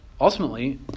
ultimately